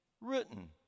written